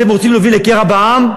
אתם רוצים להוביל לקרע בעם?